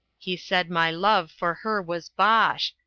he said my love for her was bosh,